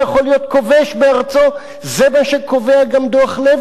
זה מה שקובע גם דוח-לוי על-פי המשפט הבין-לאומי.